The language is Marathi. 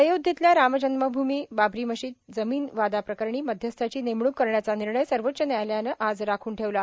अयोध्येतल्या रामजन्मभूमी बाबरी मशीद जमीन वादाप्रकरणी मध्यस्थाची नेमणूक करण्याचा निर्णय सर्वोच्च न्यायालयानं आज राखून ठेवला